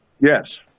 Yes